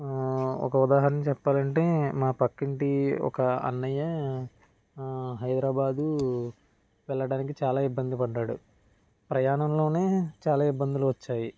ఒక ఉదాహరణ చెప్పాలంటే మా పక్కింటి ఒక అన్నయ్య హైదరాబాదు వెళ్ళడానికి చాలా ఇబ్బంది పడ్డాడు ప్రయాణంలోనే చాలా ఇబ్బందులు వచ్చాయి